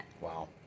Wow